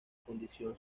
condición